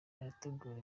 arategura